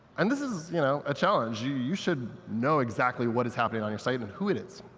and this is you know a challenge. you you should know exactly what is happening on your site and who it is.